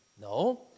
No